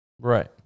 Right